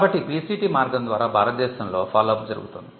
కాబట్టి PCT మార్గం ద్వారా భారతదేశంలో ఫాలో అప్ జరుగుతుంది